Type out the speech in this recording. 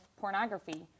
pornography